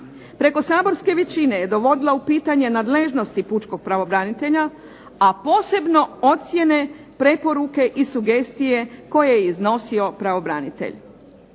Preko saborske većine je dovodila u pitanje nadležnosti pučkog pravobranitelja, a posebno ocjene, preporuke i sugestije koje je iznosio pravobranitelj.